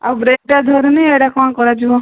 ଆଉ ବ୍ରେକ୍ଟା ଧରୁନି ଏଇଟା କ'ଣ କରାଯିବ